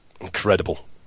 incredible